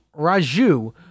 Raju